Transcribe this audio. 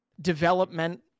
development